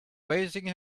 raising